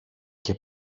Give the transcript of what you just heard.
και